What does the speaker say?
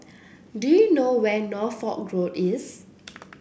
do you know where Norfolk Road is